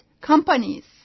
companies